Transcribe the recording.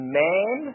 man